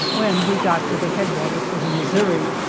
when we got to the head waters of the missouri,